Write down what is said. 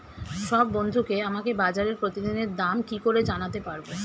সব বন্ধুকে আমাকে বাজারের প্রতিদিনের দাম কি করে জানাতে পারবো?